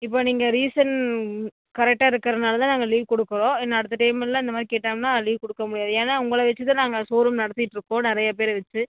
இப்போ நீங்கள் ரீசன் கரெக்டாக இருக்கிறனால தான் நாங்கள் லீவ் கொடுக்கறோம் என்ன அடுத்த டைம் எல்லாம் இந்த மாதிரி கேட்டாங்கன்னால் லீவ் கொடுக்க முடியாது ஏன்னால் உங்களை வெச்சு தான் நாங்கள் ஷோ ரூம் நடத்திகிட்ருக்கோம் நிறைய பேரை வெச்சு